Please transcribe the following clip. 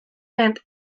and